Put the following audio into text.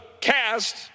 cast